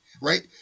right